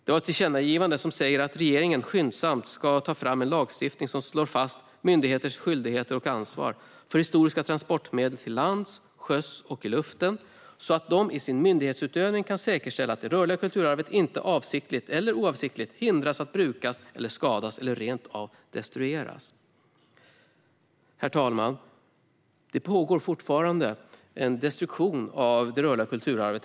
Tillkännagivandet säger att regeringen skyndsamt ska ta fram en lagstiftning som slår fast myndigheters skyldigheter och ansvar för historiska transportmedel till lands, till sjöss och i luften så att de i sin myndighetsutövning kan säkerställa att det rörliga kulturarvet inte avsiktligt eller oavsiktligt hindras att brukas eller skadas eller rent av destrueras. Herr talman! Det pågår fortfarande en destruktion av det rörliga kulturarvet.